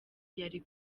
yari